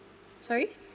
sorry